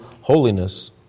holiness